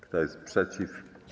Kto jest przeciw?